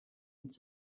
said